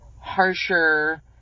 harsher